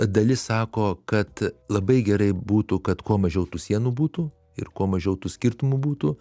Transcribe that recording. dalis sako kad labai gerai būtų kad kuo mažiau tų sienų būtų ir kuo mažiau tų skirtumų būtų